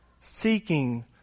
seeking